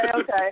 okay